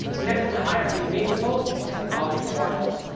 next in the hierarchy beneath the pope is the college of cardinals,